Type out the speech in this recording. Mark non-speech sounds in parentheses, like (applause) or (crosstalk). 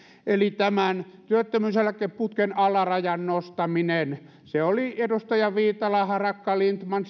eli työttömyyseläkeputken alarajan nostaminen se oli edustajat viitanen harakka lindtman (unintelligible)